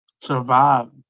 survive